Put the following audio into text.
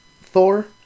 Thor